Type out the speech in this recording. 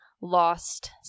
lost